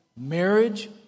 marriage